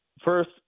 first –